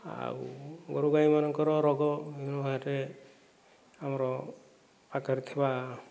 ଆଉ ଗୋରୁଗାଈ ମାନଙ୍କର ରୋଗ ଆମର ପାଖରେ ଥିବା